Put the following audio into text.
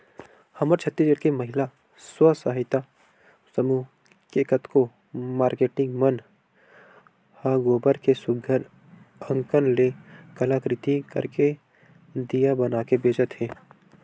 हमर छत्तीसगढ़ के महिला स्व सहयता समूह के कतको मारकेटिंग मन ह गोबर के सुग्घर अंकन ले कलाकृति करके दिया बनाके बेंचत हे